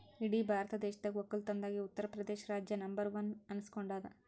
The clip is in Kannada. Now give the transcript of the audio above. ಇಡೀ ಭಾರತ ದೇಶದಾಗ್ ವಕ್ಕಲತನ್ದಾಗೆ ಉತ್ತರ್ ಪ್ರದೇಶ್ ರಾಜ್ಯ ನಂಬರ್ ಒನ್ ಅಂತ್ ಅನಸ್ಕೊಂಡಾದ್